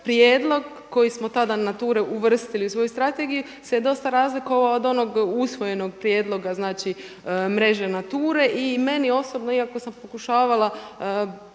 prijedlog koji smo tada NATURA uvrstili u svoju strategiju se je dosta razlikovao od onog usvojenog prijedloga, znači mreže NATURA-e. I meni osobno iako sam pokušavala